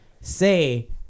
Say